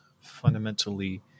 fundamentally